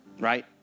right